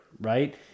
right